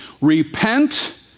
repent